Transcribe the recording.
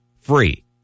free